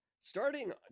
Starting